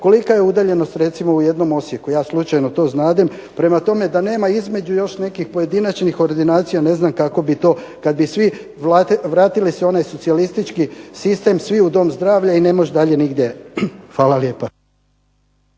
kolika je udaljenost, recimo u jednom Osijeku. Ja slučajno to znam. Prema tome, da nema između još nekih pojedinačnih ordinacija ne znam kako bi to kad bi svi vratili se u onaj socijalistički sistem svi u dom zdravlja i ne može dalje nigdje. Hvala lijepa.